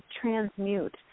transmute